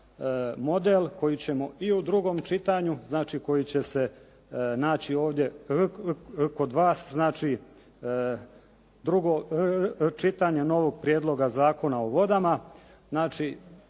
model koji ćemo i u drugom čitanju, znači koji će se naći ovdje kod vas, znači drugo čitanje novoga prijedloga zakona o vodama, znači